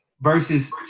versus